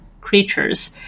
creatures